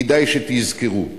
כדאי שתזכרו,